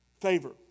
favor